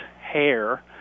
hair